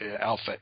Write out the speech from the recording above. alpha